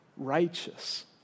righteous